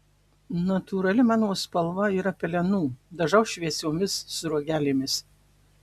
natūrali mano spalva yra pelenų dažau šviesiomis sruogelėmis